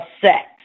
sex